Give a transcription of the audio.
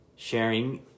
sharing